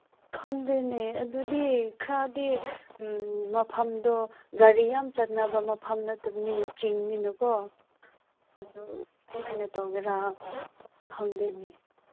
ꯈꯪꯗꯦꯅꯦ ꯑꯗꯨꯗꯤ ꯈꯔꯗꯤ ꯃꯐꯝꯗꯣ ꯒꯥꯔꯤ ꯌꯥꯝ ꯆꯠꯅꯕ ꯃꯐꯝ ꯅꯠꯇꯕꯅꯤꯅ ꯆꯤꯡꯅꯤꯅꯀꯣ ꯑꯗꯨ ꯀꯔꯃꯥꯏꯅ ꯇꯧꯒꯗ꯭ꯔꯥ ꯈꯪꯗꯦꯅꯦ